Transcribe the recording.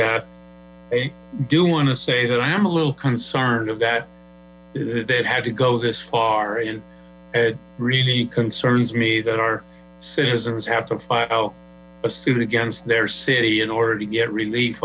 that i do want to say that i am a little concerned that they have had to go this far in it really concerns me that our citizens have to file a suit against their city in order to get relief